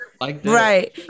Right